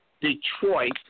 Detroit